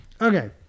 Okay